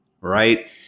Right